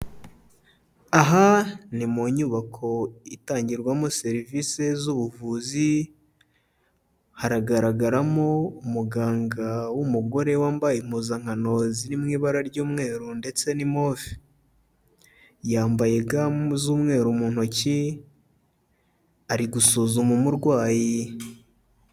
Aha ni mu nyubako itangirwamo serivisi z'ubuvuzi, haragaragaramo umuganga w'umugore wambaye impuzankano ziri mu ibara ry'umweru ndetse n'imove, yambaye ga z'umweru mu ntoki, ari gusuzuma umurwayi.